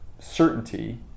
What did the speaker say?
certainty